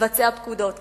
לבצע פקודות כאלה.